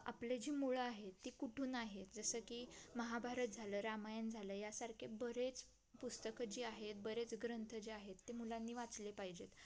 आपले जी मुळं आहेत ती कुठून आहे जसं की महाभारत झालं रामायण झालं यासारखे बरेच पुस्तकं जे आहेत बरेच ग्रंथ जे आहेत ते मुलांनी वाचले पाहिजेत